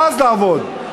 ואז לעבוד,